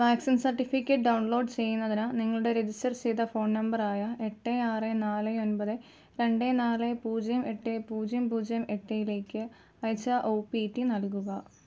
vaccine certificate download ചെയ്യുന്നതിന് നിങ്ങളുടെ register ചെയ്ത ഫോൺ നമ്പർ ആയ എട്ട് ആറ് നാല് ഒമ്പത് രണ്ട് നാല് പൂജ്യം എട്ട് പൂജ്യം പൂജ്യം എട്ടേലേക്ക് അയച്ച ഓ പീ റ്റി നൽകുക